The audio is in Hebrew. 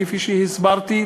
כפי שהסברתי,